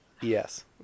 yes